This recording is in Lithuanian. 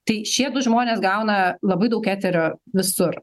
tai šie du žmonės gauna labai daug eterio visur